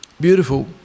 Beautiful